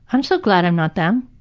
i'm so glad i'm not them.